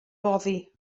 boddi